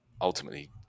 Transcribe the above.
ultimately